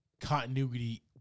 continuity